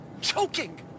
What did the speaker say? choking